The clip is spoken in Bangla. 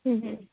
হুম হুম